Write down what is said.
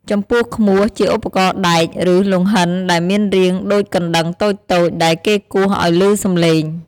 ចំពោះឃ្មោះ ជាឧបករណ៍ដែក ឬលង្ហិនដែលមានរាងដូចកណ្តឹងតូចៗ ដែលគេគោះឲ្យឮសំឡេង។